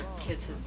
kids